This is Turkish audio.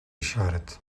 işaret